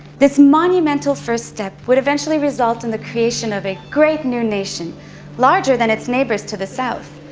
this monumental first step would eventually result in the creation of a great new nation larger than its neighbours to the south,